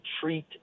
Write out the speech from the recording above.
treat